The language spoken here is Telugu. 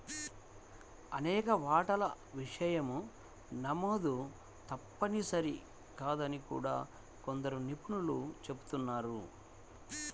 అనేక వాటాల విషయం నమోదు తప్పనిసరి కాదని కూడా కొందరు నిపుణులు చెబుతున్నారు